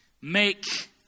make